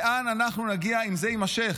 לאן אנחנו נגיע אם זה יימשך?